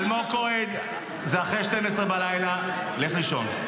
אלמוג כהן, זה אחרי 00:00, לך לישון.